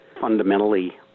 fundamentally